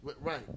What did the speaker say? Right